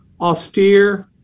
austere